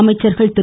அமைச்சர்கள் திரு